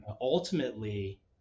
ultimately